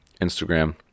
instagram